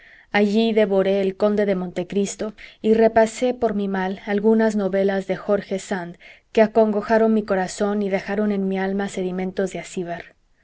allí devoré el conde de monte cristo y repasé por mi mal algunas novelas de jorge sand que acongojaron mi corazón y dejaron en mi alma sedimentos de acíbar